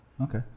okay